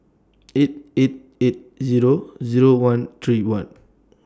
eight eight eight Zero Zero one three one